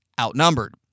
outnumbered